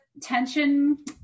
tension